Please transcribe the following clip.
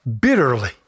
bitterly